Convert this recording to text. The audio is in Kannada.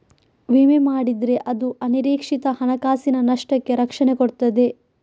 ವಿಮೆ ಮಾಡಿದ್ರೆ ಅದು ಅನಿರೀಕ್ಷಿತ ಹಣಕಾಸಿನ ನಷ್ಟಕ್ಕೆ ರಕ್ಷಣೆ ಕೊಡ್ತದೆ